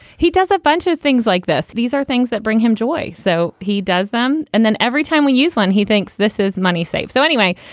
he does a bunch of things like this. these are things that bring him joy. so he does them. and then every time we use one, he thinks this is money safe. so anyway,